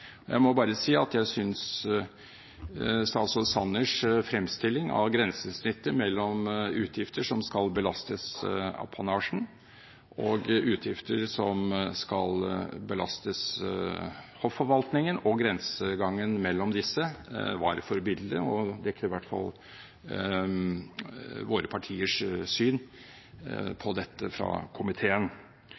Jeg må bare si at jeg synes statsråd Sanners fremstilling av grensesnittet mellom utgifter som skal belastes apanasjen, og utgifter som skal belastes hofforvaltningen, og grensegangen mellom disse, var forbilledlig og dekker i hvert fall våre partiers syn på dette i komiteen.